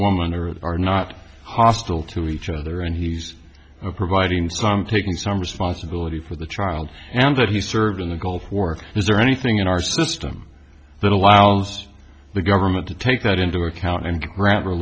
woman or are not hostile to each other and he's providing some taking some responsibility for the child and that he served in the gulf war is there anything in our system that allows the government to take that into account and gra